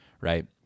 Right